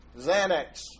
Xanax